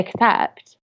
accept